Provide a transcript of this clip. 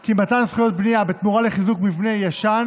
כי מתן זכויות הבנייה בתמורה לחיזוק המבנה הישן